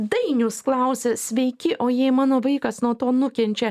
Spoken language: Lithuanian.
dainius klausia sveiki o jei mano vaikas nuo to nukenčia